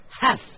half